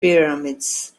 pyramids